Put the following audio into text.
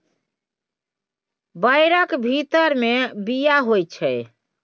बैरक भीतर मे बीया होइ छै